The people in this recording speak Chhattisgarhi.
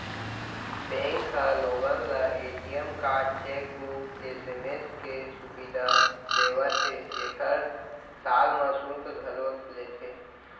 बेंक ह लोगन ल ए.टी.एम कारड, चेकबूक, एस.एम.एस के सुबिधा देवत हे जेकर साल म सुल्क घलौ लेथे